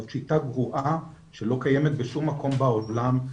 זו שיטה גרועה שלא קיימת בשום מקום בעולם,